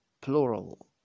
plural